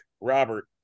Robert